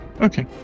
Okay